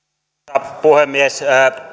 arvoisa puhemies